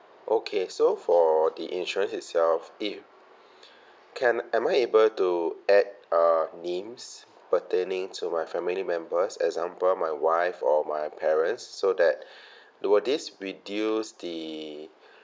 okay so for the insurance itself it can am I able to add uh names pertaining to my family members example my wife or my parents so that do this reduce the